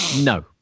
no